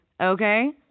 okay